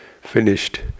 finished